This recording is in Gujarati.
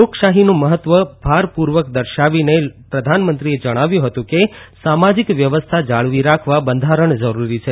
લોકશાહીનું મહત્વ ભારપુર્વક દર્શાવીને પ્રધાનમંત્રીએ જણાવ્યું હતું કે સામાજિક વ્યવસ્થા જાળવી રાખવા બંધારણ જરૂરી છે